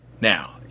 Now